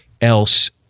else